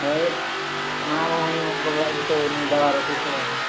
ହଏ ମାଆ ଭଉଣୀମାନଙ୍କ ପାଖେ ତ ନେବାର ଅଛି ତ ଆରୁ